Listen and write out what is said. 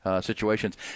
situations